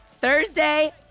Thursday